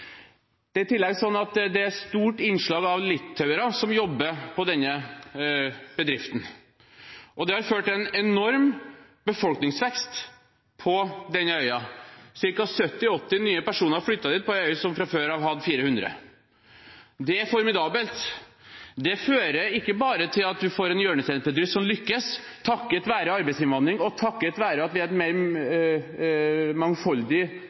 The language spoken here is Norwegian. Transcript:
tillegg er det stort innslag av litauere som jobber på denne bedriften. Det har ført til en enorm befolkningsvekst på denne øya – ca. 70–80 nye personer har flyttet til en øy som fra før av hadde 400. Det er formidabelt. Det fører ikke bare til at du får en hjørnesteinsbedrift som lykkes, takket være arbeidsinnvandring og takket være at vi har et mer mangfoldig